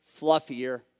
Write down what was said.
fluffier